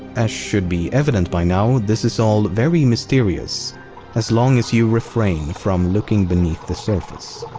as should be evident by now, this is all very mysterious as long as you refrain from looking beneath the surface.